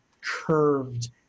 curved